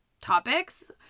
topics